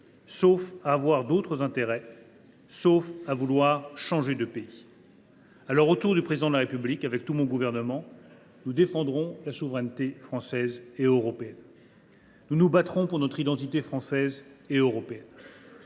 sauf à avoir d’autres intérêts, sauf à vouloir changer de pays. « Ainsi, autour du Président de la République, tous les membres de mon gouvernement défendront les souverainetés française et européenne. Nous nous battrons pour notre identité française et européenne.